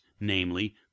namely